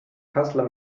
kassler